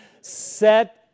set